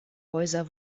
häuser